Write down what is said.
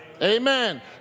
Amen